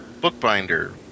bookbinder